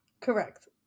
correct